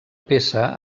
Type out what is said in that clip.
peça